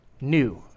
new